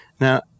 Now